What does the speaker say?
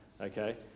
okay